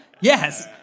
Yes